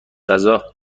غذا